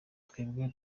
twebwe